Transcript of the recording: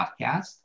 Podcast